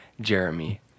Jeremy